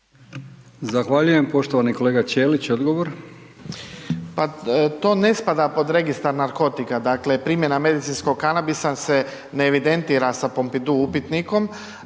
Zahvaljujem. Poštovani kolega Ćelić odgovor. **Ćelić, Ivan (HDZ)** Pa to ne spada pod registar narkotika. Dakle, primjena medicinskog kanabisa se ne evidentira sa pompidu upitnikom.